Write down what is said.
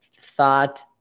thought